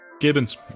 Gibbons